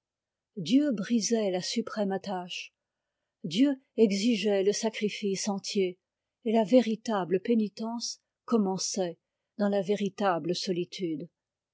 dieu brisait la suprême attache dieu exigeait le sacrifice entier et la véritable pénitence commençait dans la véritable solitude